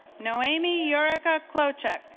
no amy eureka cloture